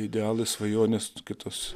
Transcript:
idealai svajonės kitos